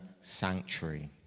sanctuary